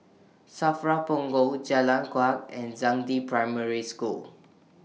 SAFRA Punggol Jalan Kuak and Zhangde Primary School